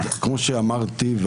כפי שאמרתי,